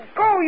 go